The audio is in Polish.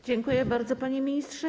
Dziękuję bardzo, panie ministrze.